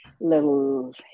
little